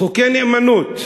"חוקי נאמנות"